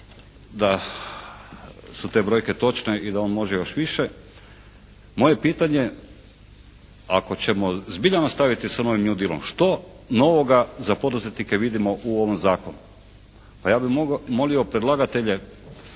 da su te brojke točne i da on može još više moje je pitanje ako ćemo zbilja nastaviti sa novim new dealom što novoga za poduzetnike vidimo u ovom zakonu. Pa ja bih molio predlagatelje,